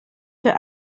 für